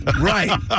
Right